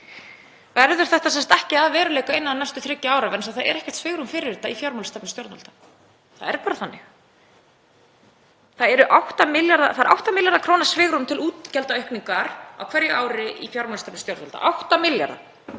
Verður þetta ekki að veruleika innan næstu þriggja ára? Vegna þess að það er ekkert svigrúm fyrir þetta í fjármálastefnu stjórnvalda, það er bara þannig. Það er 8 milljarða kr. svigrúm til útgjaldaaukningar á hverju ári í fjármálastefnu stjórnvalda, 8 milljarða,